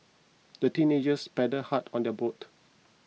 the teenagers paddled hard on their boat